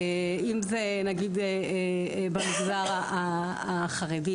אם זה נגיד במגזר החרדי,